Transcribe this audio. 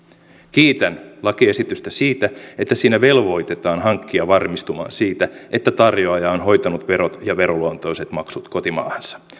kiitän lakiesitystä siitä että siinä velvoitetaan hankkija varmistumaan siitä että tarjoaja on hoitanut verot ja veroluontoiset maksut kotimaahansa